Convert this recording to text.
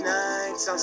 nights